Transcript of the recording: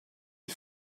des